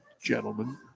gentlemen